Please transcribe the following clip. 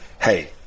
hey